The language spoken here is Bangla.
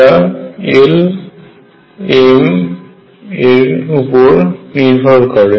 তারা l m এর উপর নির্ভর করে